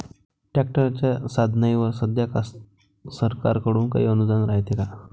ट्रॅक्टरच्या साधनाईवर सध्या सरकार कडून काही अनुदान रायते का?